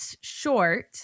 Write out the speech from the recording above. short